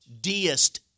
Deist